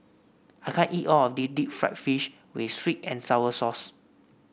I can't eat all of this Deep Fried Fish with sweet and sour sauce